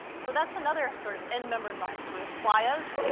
so that's another sort of end-member environment. so we have playas,